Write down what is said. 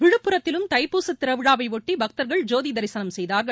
விழுப்புரத்திலும் தைப்பூச விழாவையொட்டி பக்தர்கள் ஜோதி தரிசனம் செய்தார்கள்